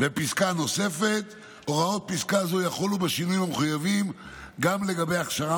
פסקה נוספת: הוראות פסקה זו יחולו בשינויים המחויבים גם לגבי הכשרה